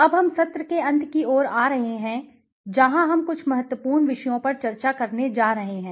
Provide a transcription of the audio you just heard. अब हम सत्र के अंत की ओर आ रहे हैं जहाँ हम कुछ महत्वपूर्ण विषयों पर चर्चा करने जा रहे हैं